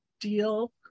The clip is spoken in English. deal